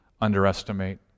underestimate